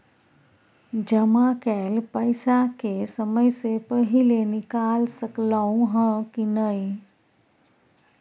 जमा कैल पैसा के समय से पहिले निकाल सकलौं ह की नय?